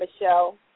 Michelle